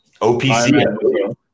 OPC